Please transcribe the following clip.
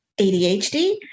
ADHD